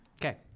Okay